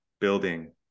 building